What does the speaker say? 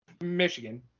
Michigan